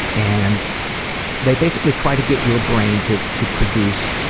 and they basically try to get your brain to to produce